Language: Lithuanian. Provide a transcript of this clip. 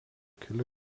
keli